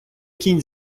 кінь